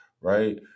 right